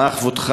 מה כבודו,